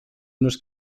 unos